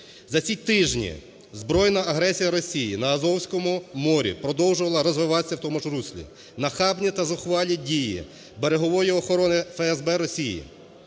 За ці тижні збройна агресія Росії на Азовському морі продовжувала розвиватися у тому ж руслі, нахабні та зухвалі дії берегової охорони ФСБ Росії